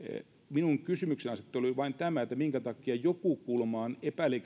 minun kysymyksenasetteluni oli vain se minkä takia joku kulma on